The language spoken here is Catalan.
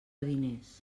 diners